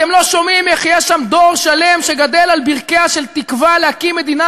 אתם לא שומעים איך יש שם דור שלם שגדל על ברכיה של תקווה להקים מדינה